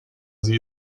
sie